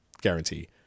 guarantee